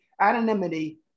anonymity